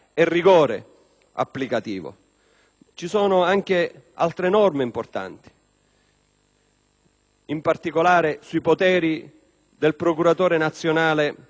Ci sono anche altre norme importanti, in particolare sui poteri del Procuratore nazionale antimafia che